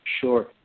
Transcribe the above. Sure